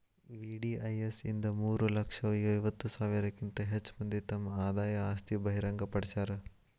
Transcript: VDIS ಇಂದ ಮೂರ ಲಕ್ಷ ಐವತ್ತ ಸಾವಿರಕ್ಕಿಂತ ಹೆಚ್ ಮಂದಿ ತಮ್ ಆದಾಯ ಆಸ್ತಿ ಬಹಿರಂಗ್ ಪಡ್ಸ್ಯಾರ